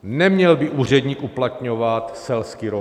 Neměl by úředník uplatňovat selský rozum.